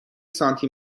سانتی